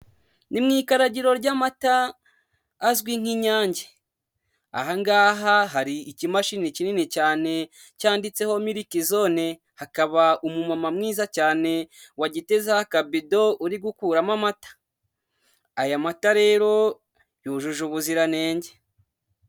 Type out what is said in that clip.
Ni mu ikaragiro ry'amata azwi nk'inyange, aha ngaha hari ikimashini kinini cyane cyanditseho mrikizone, hakaba umumama mwiza cyane wagitezaho akabido uri gukuramo amata, aya mata rero yujuje ubuziranenge.